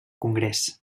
congrés